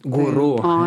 guru o